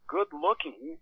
good-looking